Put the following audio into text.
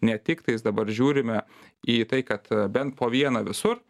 ne tiktais dabar žiūrime į tai kad bent po vieną visur